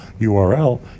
URL